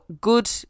good